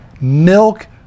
milk